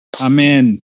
Amen